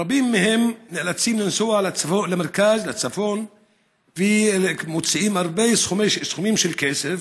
רבים מהם נאלצים לנסוע למרכז או לצפון ומוציאים סכומים רבים של כסף